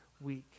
week